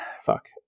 fuck